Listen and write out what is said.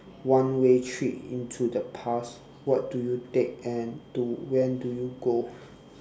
one way trip into the past what do you take and to when do you go